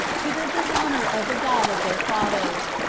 to the dishonor of the god of their fathers,